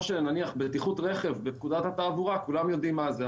בטיחות רכב בפקודת התעבורה כולם יודעים מה זה,